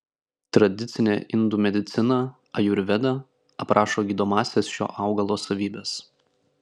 tradicinė indų medicina ajurveda aprašo gydomąsias šio augalo savybes